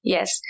Yes